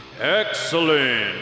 Excellent